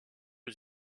aux